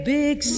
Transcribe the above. big